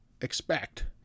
expect